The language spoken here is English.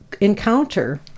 encounter